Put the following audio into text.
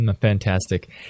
fantastic